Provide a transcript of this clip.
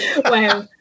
Wow